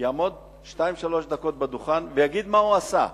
יעמוד שתיים-שלוש דקות על הדוכן ויגיד מה הוא עשה,